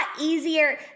easier